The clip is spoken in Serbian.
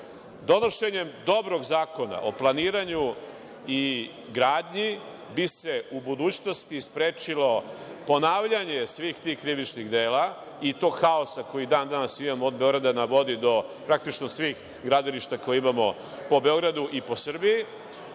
broja. Donošenjem dobrog zakona o planiranju i gradnji bi se u budućnosti sprečilo ponavljanje svih tih krivičnih dela i tog haosa koji i dan danas imamo od „Beograda na vodi“ do praktično svih gradilišta koje imamo po Beogradu i po Srbiji,